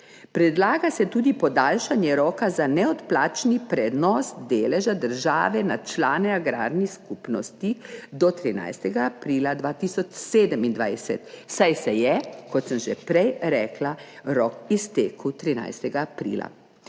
Predlaga se tudi podaljšanje roka za neodplačni prenos deleža države na člane agrarnih skupnosti do 13. aprila 2027, saj se je, kot sem že prej rekla, rok iztekel 13. aprila.